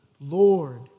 Lord